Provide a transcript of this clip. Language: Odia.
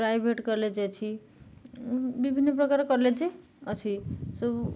ପ୍ରାଇଭେଟ୍ କଲେଜ୍ ଅଛି ବିଭିନ୍ନ ପ୍ରକାର କଲେଜ୍ ଅଛି ସବୁ